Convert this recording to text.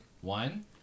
One